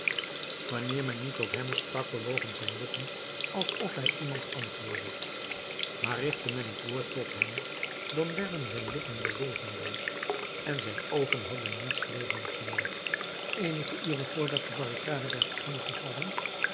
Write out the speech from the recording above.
wanneer men niet tot hem sprak bewogen zich zijn lippen alsof hij iemand antwoordde maar richtte men het woord tot hem dan werden zijn lippen bewegingloos en zijn oogen hadden niets levendigs meer eenige uren voor dat de barricade werd aangevallen